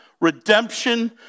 redemption